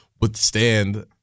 withstand